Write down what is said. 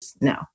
no